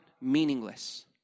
meaningless